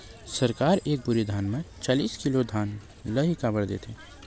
सरकार एक बोरी धान म चालीस किलोग्राम धान ल ही काबर लेथे?